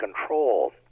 control